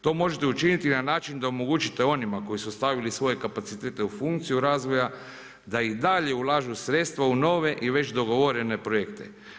To možete učiniti na način da omogućite onima koji su stavili svoje kapacitete u funkciju razvoja da i dalje ulažu sredstva u nove i već dogovorene projekte.